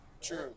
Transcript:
True